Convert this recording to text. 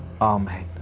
Amen